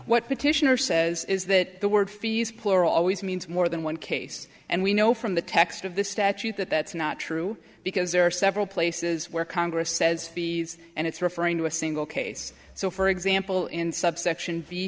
what petitioner says is that the word fees poor always means more than one case and we know from the text of the statute that that's not true because there are several places where congress says fees and it's referring to a single case so for example in subsection v